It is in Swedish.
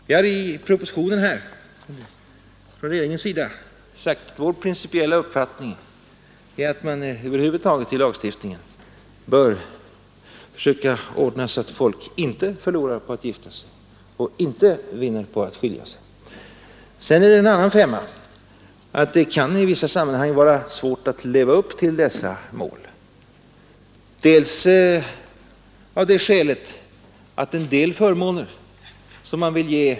Vi har i propositionen från regeringens sida gett uttryck åt vår principiella uppfattning — att man över huvud taget i lagstiftningen bör försöka ordna det så att folk inte förlorar på att gifta sig och inte vinner på att skilja sig. Sedan är det en annan femma att det i vissa sammanhang kan vara svårt att leva upp till denna målsättning.